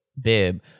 Bib